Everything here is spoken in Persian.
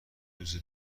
روز